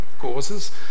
causes